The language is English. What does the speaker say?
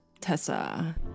Tessa